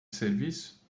serviço